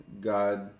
God